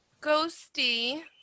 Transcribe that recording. Ghosty